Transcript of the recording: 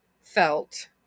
felt